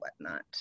whatnot